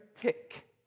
tick